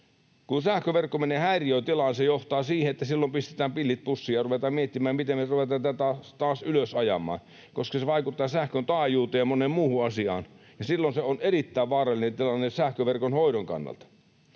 Kun sähköverkko menee häiriötilaan, se johtaa siihen, että silloin pistetään pillit pussiin ja ruvetaan miettimään, miten me ruvetaan tätä taas ylös ajamaan, koska se vaikuttaa sähkön taajuuteen ja moneen muuhun asiaan, ja silloin se on erittäin vaarallinen tilanne sähköverkon hoidon kannalta.